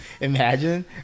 imagine